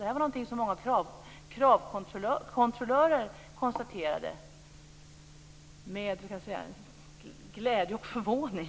Detta var någonting som många Kravkontrollörer konstaterade med glädje och förvåning.